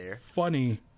funny